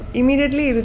immediately